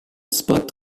spot